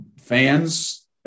fans